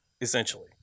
essentially